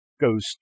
goes